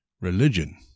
religion